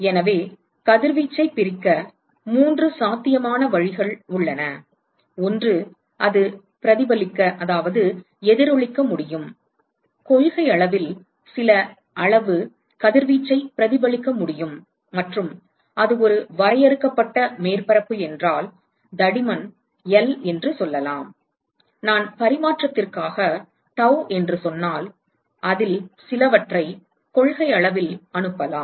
எனவே கதிர்வீச்சைப் பிரிக்க 3 சாத்தியமான வழிகள் உள்ளன ஒன்று அது பிரதிபலிக்க எதிரொளிக்க முடியும் கொள்கையளவில் சில அளவு கதிர்வீச்சைப் பிரதிபலிக்க முடியும் மற்றும் அது ஒரு வரையறுக்கப்பட்ட மேற்பரப்பு என்றால் தடிமன் L என்று சொல்லலாம் நான் பரிமாற்றத்திற்காக tau என்று சொன்னால் அதில் சிலவற்றை கொள்கையளவில் அனுப்பலாம்